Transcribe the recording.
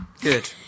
Good